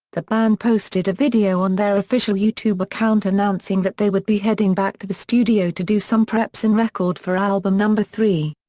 the band posted a video on their official youtube account announcing that they would be heading back to the studio to do some preps and record for album number three.